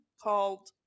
called